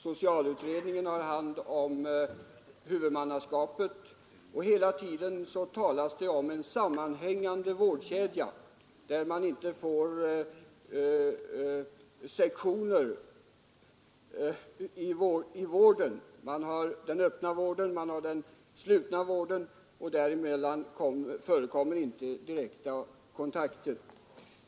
Socialutredningen har hand om frågan om huvudmannaskapet, och hela tiden talas det om en sammanhängande vårdkedja utan några sektioner i vården. Vi har nu den öppna vården och den slutna vården, och emellan dem förekommer ibland dålig kontakt.